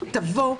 תבוא,